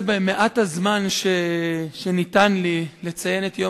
במעט הזמן שניתן לי אני רוצה לציין את יום